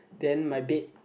then my bed